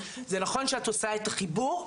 זה נכון שאת עושה את החיבור,